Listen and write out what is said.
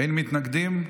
אין מתנגדים.